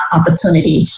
opportunity